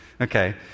Okay